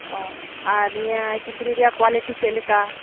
ᱚᱻ ᱟᱨ ᱱᱤᱭᱟᱹ ᱠᱤᱪᱨᱤᱜ ᱨᱮᱭᱟᱜ ᱠᱳᱣᱟᱞᱤᱴᱤ ᱪᱮᱫ ᱞᱮᱠᱟ